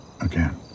again